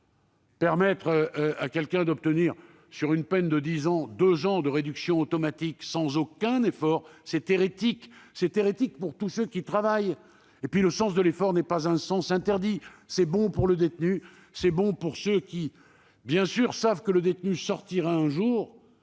Permettre à une personne d'obtenir, sur une peine de dix ans, deux ans de réduction automatique sans aucun effort, c'est hérétique. C'est hérétique pour tous ceux qui travaillent ! Puis, le sens de l'effort n'est pas interdit : c'est bon pour le détenu, c'est bon pour ceux qui savent que le détenu sortira un jour,